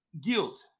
guilt